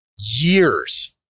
years